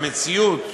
במציאות,